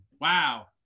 Wow